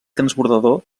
transbordador